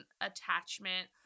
attachment